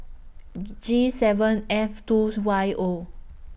G seven F two Y O